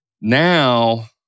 now